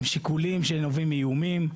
הם שיקולים שנובעים מאיומים.